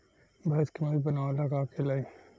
भैंस के मजबूत बनावे ला का खिलाई?